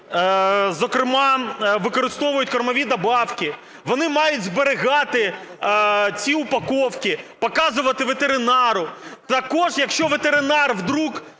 зокрема, використовують кормові добавки, вони мають зберігати ці упаковки, показувати ветеринару. Також якщо ветеринар вдруг